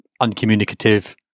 uncommunicative